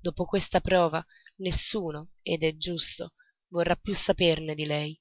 dopo questa prova nessuno ed è giusto vorrà più saperne di lei